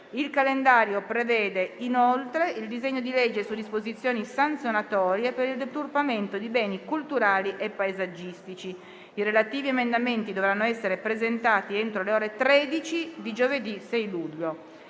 Il calendario prevede, inoltre, il disegno di legge su disposizioni sanzionatorie per il deturpamento di beni culturali e paesaggistici. I relativi emendamenti dovranno essere presentati entro le ore 13 di giovedì 6 luglio.